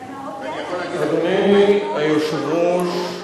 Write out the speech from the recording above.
אני יכול להגיד לך, אדוני היושב-ראש,